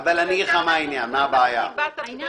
העניין